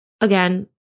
Again